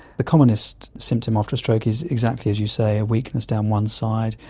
the commonest symptom after a stroke is exactly as you say, weakness down one side,